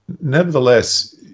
nevertheless